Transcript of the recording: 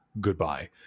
Goodbye